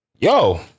Yo